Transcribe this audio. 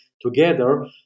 together